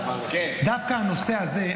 דווקא הנושא הזה,